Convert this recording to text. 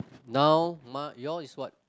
now ma~ your is what